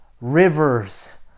rivers